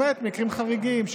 למעט מקרים חריגים,